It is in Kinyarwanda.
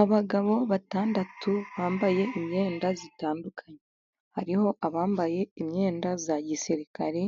Abagabo batandatu bambaye imyenda itandukanye, hariho abambaye imyenda ya gisirikare,